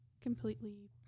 completely